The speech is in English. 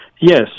Yes